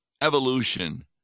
evolution